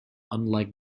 unlike